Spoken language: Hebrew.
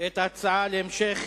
את ההצעה להמשך